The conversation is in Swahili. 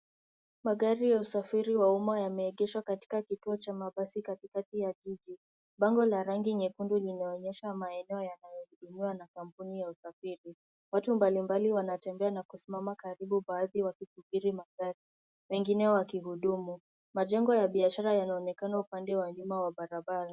Magari ya usafiri wa umma yameegeshwa katika kituo cha mabasi katikati ya jiji. Bango la rangi nyekundu linaonyesha maeneo yanayotumiwa na kampuni ya usafiri. Watu mbalimbali wanatembea na kusimama karibu baadhi wakisubiri magari, wengine wakihudumu. Majengo ya biashara yanaonekana upande wa nyuma wa barabara.